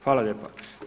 Hvala lijepa.